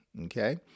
Okay